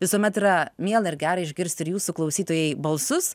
visuomet yra miela ir gera išgirsti ir jūsų klausytojai balsus